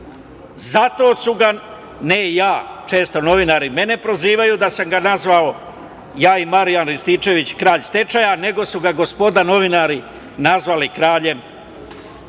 Zato su ga, ne ja, često novinari mene prozivaju da sam ga nazvao, ja i Marijan Rističević, kralj stečaja, nego su ga gospoda novinari nazvali kraljem